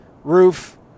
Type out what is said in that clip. roof